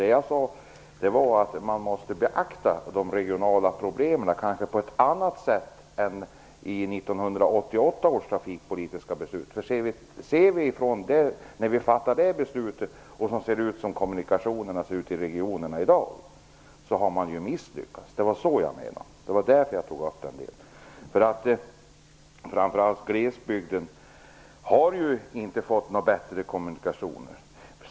Vad jag sade var att man måste beakta de regionala problemen, kanske på ett annat sätt än vad man gjorde i 1988 års trafikpolitiska beslut. Sett utifrån det beslutet och hur kommunikationerna ser ut i regionerna i dag, har man ju misslyckats. Det var så jag menade, och det var därför som jag tog upp den frågan. Framför allt glesbygden har inte fått några bättre kommunikationer.